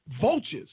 vultures